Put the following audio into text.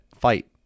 fight